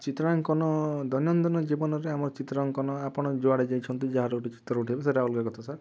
ଚିତ୍ରାଙ୍କନ ଦୈନନ୍ଦିନ ଜୀବନରେ ଆମ ଚିତ୍ରାଙ୍କନ ଆପଣ ଯୁଆଡ଼େ ଯାଇଛନ୍ତି ଯାହାର ଗୋଟେ ଚିତ୍ର ଉଠାଇବେ ସେଇଟା ଅଲଗା କଥା ସାର୍